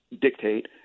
dictate